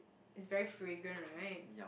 it's very fragrant right